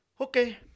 okay